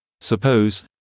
Suppose